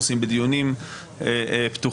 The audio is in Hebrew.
עושים בדיונים פתוחים,